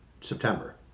september